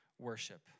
worship